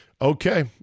Okay